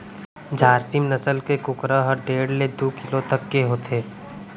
झारसीम नसल के कुकरा ह डेढ़ ले दू किलो तक के होथे